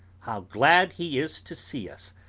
how glad he is to see us!